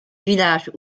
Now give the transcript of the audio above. village